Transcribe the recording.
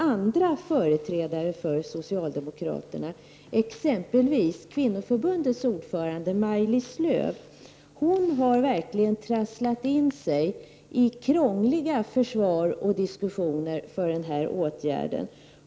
Andra företrädare för socialdemokraterna, exempelvis Kvinnoförbundets ordförande Maj-Lis Lööw, har verkligen trasslat in sig i krångliga försvar och diskussioner för den här åtgärden.